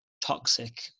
toxic